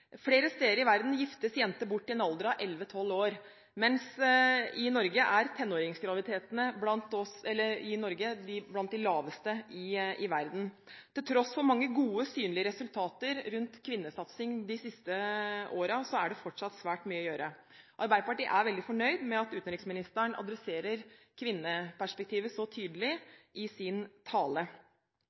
Flere steder i verden giftes jenter bort i en alder av elleve–tolv år, mens antall tenåringsgraviditeter i Norge er blant de laveste i verden. Til tross for mange gode, synlige resultater rundt kvinnesatsing de siste årene er det fortsatt svært mye å gjøre. Arbeiderpartiet er veldig fornøyd med at utenriksministeren adresserte kvinneperspektivet så tydelig i sin tale.